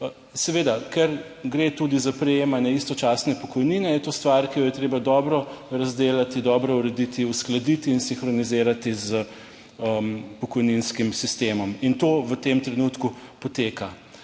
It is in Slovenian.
Seveda, ker gre tudi za prejemanje istočasne pokojnine je to stvar, ki jo je treba dobro razdelati, dobro urediti, uskladiti in sinhronizirati s pokojninskim sistemom. In to v tem trenutku poteka.